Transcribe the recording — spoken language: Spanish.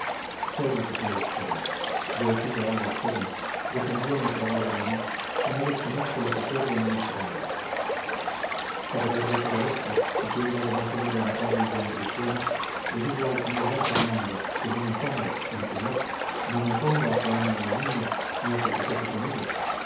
sé lo que son jóvenes yo he sido algo joven yo también he probado el amor y no desconozco lo que puede en nuestra alma sabedor de todo esto y siendo además hombre honrado y buen cristiano le digo al sr d fernando que no me opongo no señor no me opongo a que ame a la niña ni a que se case con ella